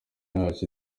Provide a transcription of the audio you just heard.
yacu